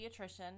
pediatrician